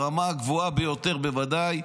ברמה הגבוהה ביותר בוודאי,